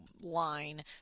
line